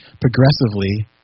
progressively